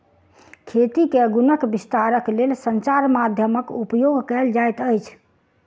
खेती के गुणक विस्तारक लेल संचार माध्यमक उपयोग कयल जाइत अछि